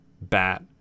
bat